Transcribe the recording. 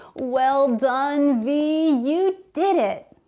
well done v you did it!